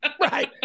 right